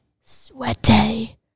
sweaty